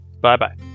Bye-bye